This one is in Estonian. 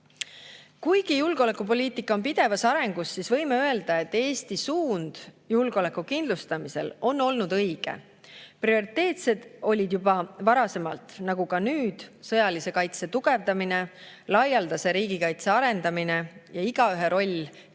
Kuigi julgeolekupoliitika on pidevas arengus, võime öelda, et Eesti suund julgeoleku kindlustamisel on olnud õige. Prioriteetsed olid juba varasemalt, nagu on ka nüüd sõjalise kaitse tugevdamine, laialdase riigikaitse arendamine ja igaühe roll kriisikindluse